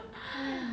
!hais!